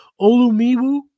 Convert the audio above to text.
Olumiwu